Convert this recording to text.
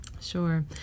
Sure